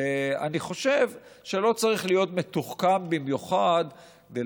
ואני חושב שלא צריך להיות מתוחכם במיוחד כדי